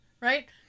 right